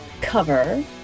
cover